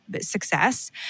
success